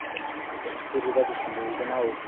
फिर ओह्दा तुस मूंह् बनाओ